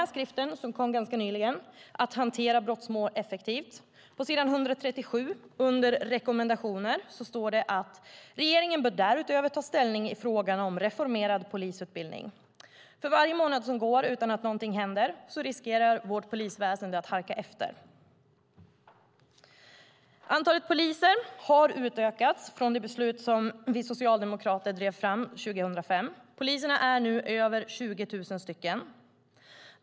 I skriften Att hantera brottmål effektivt står det på s. 137 under rekommendationer: "Regeringen bör därutöver ta ställning i frågan om en reformerad polisutbildning." För varje månad som går utan att någonting händer riskerar vårt polisväsen att halka efter. Antalet poliser har utökats efter det beslut vi socialdemokrater drev fram 2005. Poliserna är nu över 20 000 stycken.